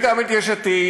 וגם את יש עתיד,